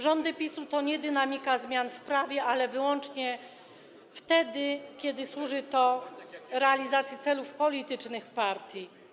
Rządy PiS-u to dynamika zmian w prawie, ale wyłącznie wtedy, kiedy służy to realizacji celów politycznych partii.